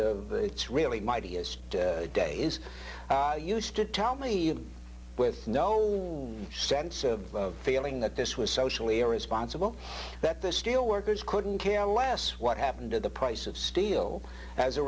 ts really mightiest day is used to tell me with no sense of feeling that this was socially irresponsible that the steel workers couldn't care less what happened to the price of steel as a